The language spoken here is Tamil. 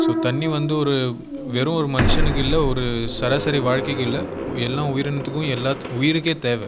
ஸோ தண்ணி வந்து ஒரு வெறும் ஒரு மனுஷனுக்கு இல்லை ஒரு சராசரி வாழ்க்கைக்கு இல்லை எல்லாம் உயிரினத்துக்கும் எல்லா உயிருக்கே தேவை